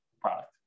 product